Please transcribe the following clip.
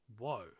whoa